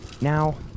Now